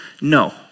No